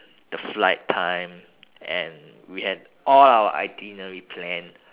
the flight time and we had all our itinerary planned